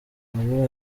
abo